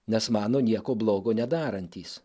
nes mano nieko blogo nedarantys